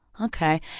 okay